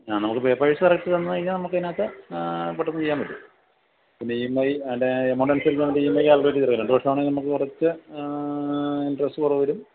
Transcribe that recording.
ആ നമുക്ക് papers correct തന്ന് കഴിഞ്ഞാൽ നമുക്കതിനകത്ത് ആ പെട്ടെന്ന് ചെയ്യാൻ പറ്റും പിന്നെ ഇ എം ഐ അത് എമൗണ്ട് അനുസരിച്ച് ഇ എം ഐ അവർ തരും രണ്ട് വർഷമാണെങ്കിൽ നമുക്ക് കുറച്ച് ഇൻട്രസ്റ്റ് കുറവു വരും